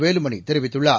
வேலுமணி தெரிவித்துள்ளார்